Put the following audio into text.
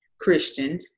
Christian